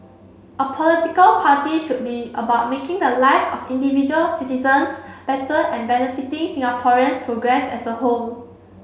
a political party should be about making the lives of individual citizens better and benefiting Singaporeans progress as a whole